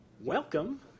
Welcome